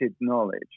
knowledge